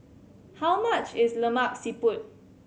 how much is Lemak Siput